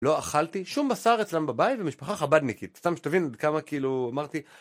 לא אכלתי שום בשר אצלם בבית ובמשפחה חבדניקית. סתם שתבין כמה כאילו אמרתי...